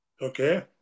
Okay